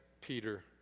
Peter